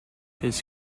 his